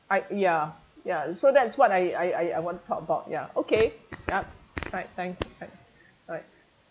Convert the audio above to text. I ya ya so that's what I I I want to talk about ya okay yup right time right alright